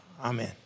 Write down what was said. Amen